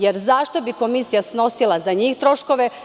Jer, zašto bi komisija snosila za njih troškove?